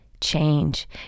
change